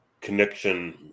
connection